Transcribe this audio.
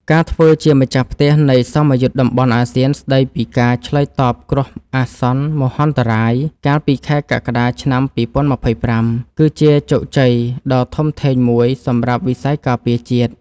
ការធ្វើជាម្ចាស់ផ្ទះ នៃសមយុទ្ធតំបន់អាស៊ានស្តីពីការឆ្លើយតបគ្រោះអាសន្នមហន្តរាយ កាលពីខែកក្កដា ឆ្នាំ ២០២៥ គឺជាជោគជ័យដ៏ធំធេងមួយសម្រាប់វិស័យការពារជាតិ។